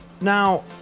Now